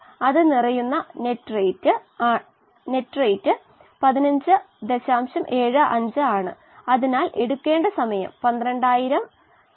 അതിൽ പല എയറോബിക് ബാക്ടീരിയക്കും 50 ശതമാനത്തിൽ കൂടുതൽ ആണ് ഓക്സിജൻ നില വേണ്ടത് എന്നും കണ്ടെത്തിയിട്ടുണ്ട്